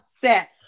set